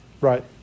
Right